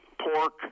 pork—